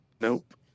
Nope